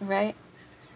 right